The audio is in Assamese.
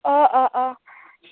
অঁ অঁ অঁ